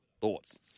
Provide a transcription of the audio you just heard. Thoughts